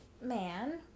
man